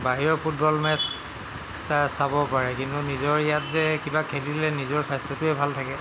বাহিৰৰ football match চাব পাৰে কিন্তু নিজৰ ইয়াত যে কিবা খেলিলে নিজৰ স্বাস্থ্যটোৱে ভাল থাকে